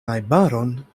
najbaron